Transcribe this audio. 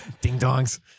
Ding-dongs